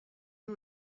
you